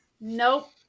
Nope